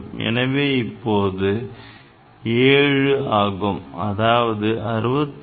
எனவே அது இப்போது 7 ஆகும் அதாவது 66